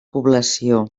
població